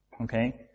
okay